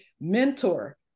mentor